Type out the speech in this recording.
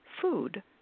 food